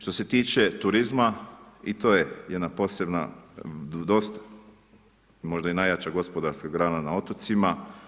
Što se tiče turizma, i to je jedna posebna možda i najjača gospodarska grana na otocima.